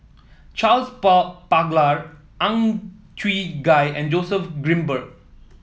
Charles Paglar Ang Chwee Chai and Joseph Grimberg